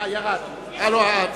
אין נמנעים.